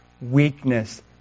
weakness